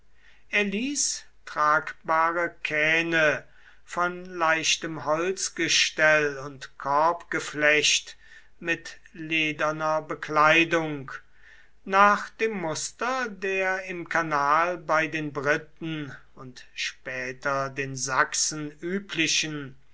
ließ tragbare kähne von leichtem holzgestell und korbgeflecht mit lederner bekleidung nach dem muster der im kanal bei den briten und später den sachsen üblichen